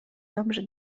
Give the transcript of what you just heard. dobrze